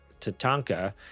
Tatanka